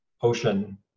ocean